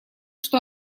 что